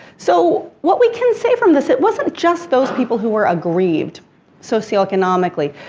so, what we can say from this, it wasn't just those people who were aggrieved socio-economically,